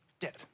dead